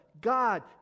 God